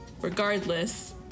regardless